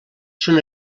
són